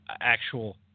actual